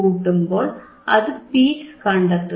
കൂട്ടുമ്പോൾ അത് പീക്ക് കണ്ടെത്തുന്നു